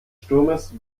sturmes